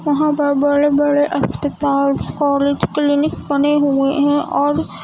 وہاں پر بڑے بڑے اسپتالس کالج کلینکس بنے ہوئے ہیں اور